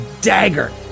dagger